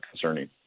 concerning